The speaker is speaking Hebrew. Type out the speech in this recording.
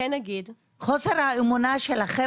חוסר האמונה שלכם,